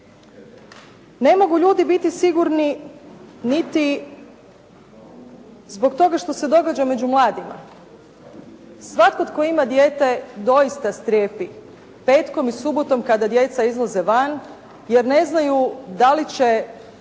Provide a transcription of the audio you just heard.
Ne mogu ljudi biti sigurni niti zbog toga što se događa među mladima. Svatko tko ima dijete doista strepi petkom i subotom kada djeca izlaze van, jer ne znaju da li će